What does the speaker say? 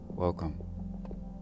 Welcome